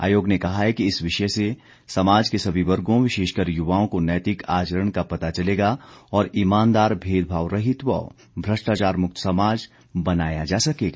आयोग ने कहा है कि इस विषय से समाज के सभी वर्गों विशेषकर युवाओं को नैतिक आचरण का पता चलेगा और ईमानदार भेदभाव रहित व भ्रष्टाचार मुक्त समाज बनाया जा सकेगा